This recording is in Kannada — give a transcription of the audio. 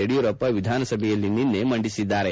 ಯಡಿಯೂರಪ್ಪ ವಿಧಾನಸಭೆಯಲ್ಲಿ ನಿನ್ನೆ ಮಂಡಿಸಿದ್ದಾರೆ